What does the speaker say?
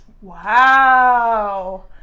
Wow